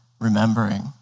remembering